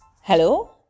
Hello